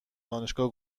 دانشگاه